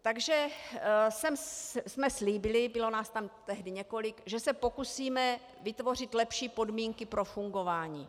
Takže jsme slíbili, bylo nás tam tehdy několik, že se pokusíme vytvořit lepší podmínky pro fungování.